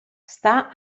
sta